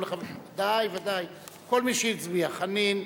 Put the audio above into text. כל מי שהצביע: חנין,